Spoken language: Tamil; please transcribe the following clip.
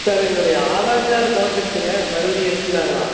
சார் என்னுடைய ஆதார் கார்டு தொலைஞ்சிருச்சிங்க மறுபடியும் எடுத்துக்கலாம்ங்களா